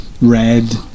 Red